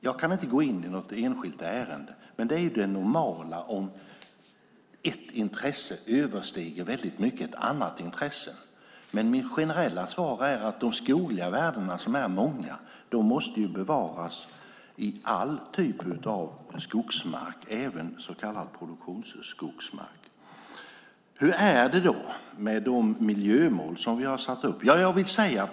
Jag kan inte gå in på något enskilt ärende, men det är det normala om ett intresse starkt överstiger ett annat intresse. Men mitt generella svar är att de skogliga värdena, som är många, måste bevaras i alla typer av skogsmark, även så kallad produktionsskogsmark. Hur är det då med de miljömål vi har satt upp?